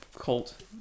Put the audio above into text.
cult